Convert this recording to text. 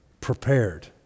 prepared